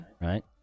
Right